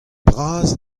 bras